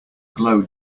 glow